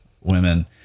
Women